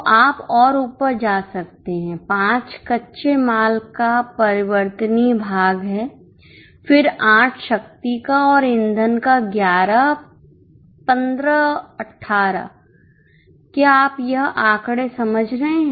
तो आप और ऊपर जा सकते हैं 5कच्चे माल का परिवर्तन ही भाग है फिर 8 शक्ति का और ईंधन का 11 15 18 क्या आप यह आंकड़े समझ रहे हैं